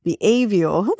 behavior